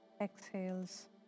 exhales